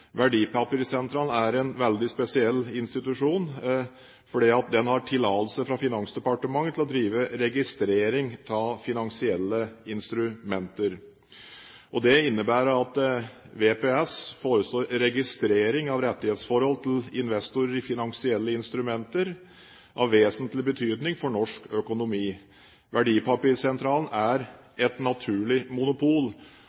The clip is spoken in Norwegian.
er en veldig spesiell institusjon fordi den har tillatelse fra Finansdepartementet til å drive registrering av finansielle instrumenter. Det innebærer at VPS forestår registrering av rettighetsforhold til investorer i finansielle instrumenter av vesentlig betydning for norsk økonomi. Verdipapirsentralen